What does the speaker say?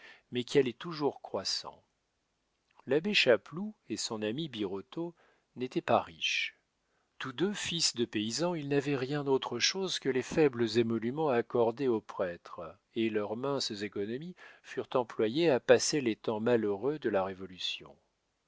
mais qui allait toujours croissant l'abbé chapeloud et son ami birotteau n'étaient pas riches tous deux fils de paysans ils n'avaient rien autre chose que les faibles émoluments accordés aux prêtres et leurs minces économies furent employées à passer les temps malheureux de la révolution